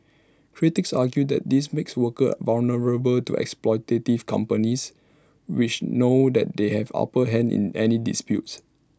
critics argue that this makes workers vulnerable to exploitative companies which know that they have upper hand in any disputes